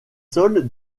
sols